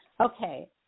Okay